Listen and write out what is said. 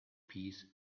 peace